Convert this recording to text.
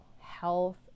health